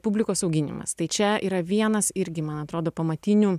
publikos auginimas tai čia yra vienas irgi man atrodo pamatinių